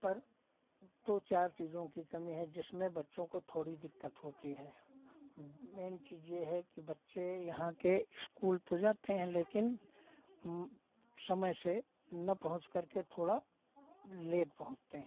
पर दो चार चीज़ों की कमी है जिसमें बच्चों को थोड़ी दिक्कत होती है मेन चीज़ ये है कि बच्चे यहाँ के इस्कूल तो जाते हैं लेकिन समय से ना पहुँच करके थोड़ा लेट पहुँचते हैं